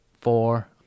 four